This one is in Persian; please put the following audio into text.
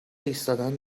ایستادن